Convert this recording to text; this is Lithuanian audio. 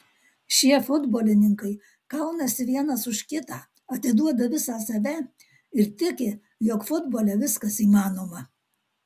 šie futbolininkai kaunasi vienas už kitą atiduoda visą save ir tiki jog futbole viskas įmanoma